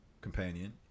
companion